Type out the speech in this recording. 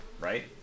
Right